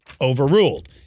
overruled